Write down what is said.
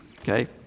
Okay